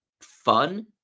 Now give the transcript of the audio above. fun